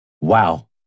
Wow